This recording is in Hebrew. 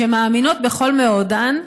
שמאמינות בכל מאודן,